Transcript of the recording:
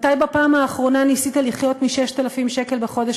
מתי בפעם האחרונה ניסית לחיות מ-6,000 שקל בחודש,